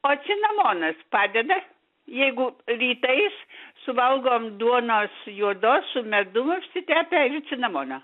o cinamonas padeda jeigu rytais suvalgom duonos juodos su medum užsitepę ir cinamono